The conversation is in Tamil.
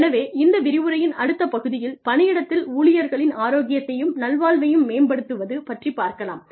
எனவே இந்த விரிவுரையின் அடுத்த பகுதியில் பணியிடத்தில் ஊழியர்களின் ஆரோக்கியத்தையும் நல்வாழ்வையும் மேம்படுத்துஅது பற்றி பார்க்கலாம்